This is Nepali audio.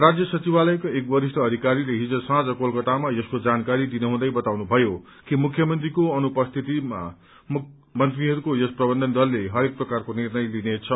राज्य सचिवालयका एक वरिष्ठ अधिकारीले हिज साँम कोलकतामा यसको जानकारी दिनुहँदै बताउनुभयो कि मुख्यमन्त्रीको अनुपस्थितिमा मन्त्रीहरूको यस प्रवन्धन दलले हरेक प्रकारको निर्णय लिनेछ